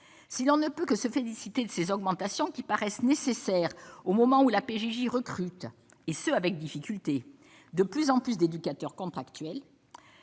si l'on ne peut que se féliciter de ces augmentations qui paraissent nécessaires au moment où la PJJ recrute et ce, avec difficulté, de plus en plus d'éducateurs contractuels,